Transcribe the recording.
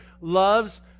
loves